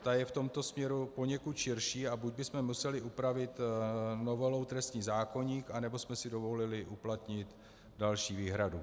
Ta je v tomto směru poněkud širší, a buď bychom museli upravit novelou trestní zákoník, anebo jsme si dovolili uplatnit další výhradu.